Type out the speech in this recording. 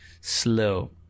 slow